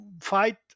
fight